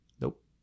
Nope